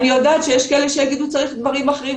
אני יודעת שיש כאלה שיגידו צריך דברים אחרים,